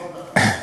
אותו דבר, כן.